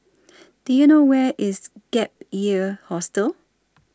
Do YOU know Where IS Gap Year Hostel